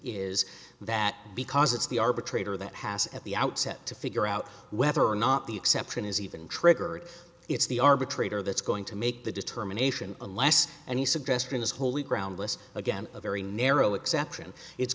is that because it's the arbitrator that has at the outset to figure out whether or not the exception is even triggered it's the arbitrator that's going to make the determination alas any suggestion is wholly groundless again a very narrow exception it's